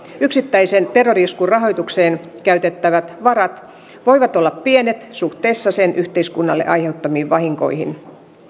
yksittäisen terrori iskun rahoitukseen käytettävät varat voivat olla pienet suhteessa sen yhteiskunnalle aiheuttamiin vahinkoihin